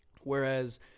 Whereas